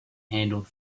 handled